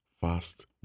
fast